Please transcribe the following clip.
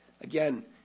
Again